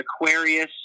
Aquarius